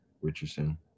Richardson